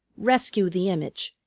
rescue the image,